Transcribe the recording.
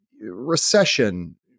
recession